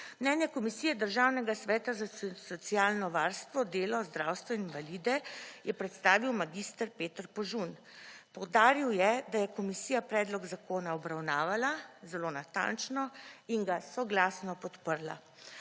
Mnenje komisije Državnega sveta za socialno varstvo, delo, zdravstvo, invalide je predstavil mag. Peter Požun. Poudaril je, da je komisija predlog zakona obravnavala, zelo natančno in ga soglasno podprla.